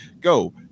Go